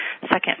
Second